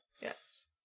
Yes